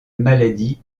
maladie